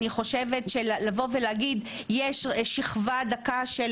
אני חושבת שלבוא ולהגיד: יש שכבה דקה של